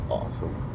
awesome